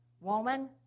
woman